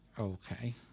Okay